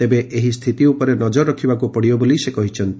ତେବେ ଏହି ସ୍ଥିତି ଉପରେ ନଜର ରଖିବାକୁ ପଡ଼ିବ ବୋଲି ସେ କହିଛନ୍ତି